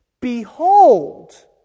Behold